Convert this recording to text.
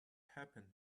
happened